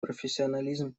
профессионализм